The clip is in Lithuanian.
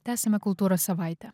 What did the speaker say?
tęsiame kultūros savaitę